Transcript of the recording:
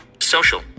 social